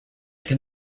can